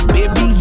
Baby